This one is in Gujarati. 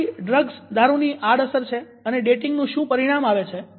આ બધી ડ્રગ્સ દારુની આડઅસર છે અને ડેટિંગનું પરિણામ શું આવે છે